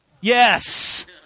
Yes